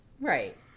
Right